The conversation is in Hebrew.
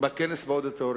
בכנס באודיטוריום,